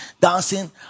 dancing